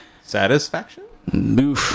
Satisfaction